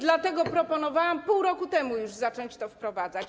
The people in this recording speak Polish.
Dlatego proponowałam pół roku temu już zacząć to wprowadzać.